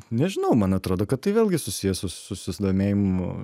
nežinau man atrodo kad tai vėlgi susiję su susidomėjimu